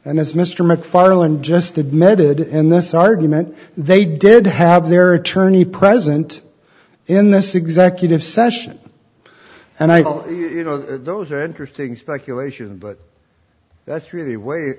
as mr mcfarlane just admitted in this argument they did have their attorney present in this executive session and i you know those are interesting speculation but that's really way